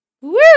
Woo